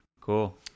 cool